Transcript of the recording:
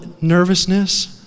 nervousness